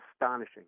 astonishing